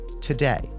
Today